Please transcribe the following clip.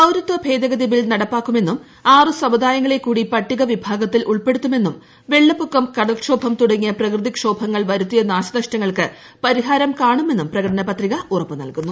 പൌരത്വ ഭേഗദഗതി ബിൽ നടപ്പാക്കുമെന്നും ആറ് സമുദായങ്ങളെക്കൂടി പട്ടിക വിഭാഗത്തിൽ ഉൾപ്പെടുത്തുമെന്നും വെള്ളപ്പൊക്കം കടൽക്ഷോഭം തുടങ്ങിയ പ്രകൃതി ക്ഷോഭങ്ങൾ വരുത്തിയ നാശനഷ്ടങ്ങൾക്ക് പരിഹാരം കാണുമെന്നും പ്രകടന പത്രിക ഉറപ്പുനൽകുന്നു